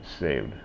saved